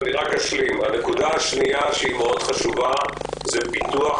הנקודה השנייה שהיא חשובה מאוד היא פיתוח